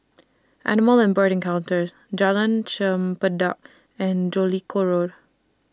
Animal and Bird Encounters Jalan Chempedak and Jellicoe Road